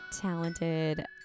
talented